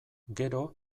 gero